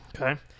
Okay